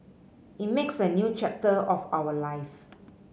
it makes a new chapter of our life